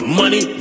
money